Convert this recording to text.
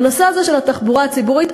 בנושא הזה של התחבורה הציבורית,